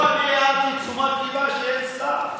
לא, אני הערתי את תשומת ליבה שאין שר.